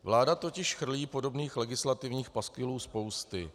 Vláda totiž chrlí podobných legislativních paskvilů spousty.